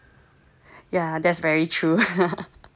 yeah that's very true